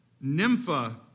Nympha